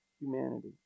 humanity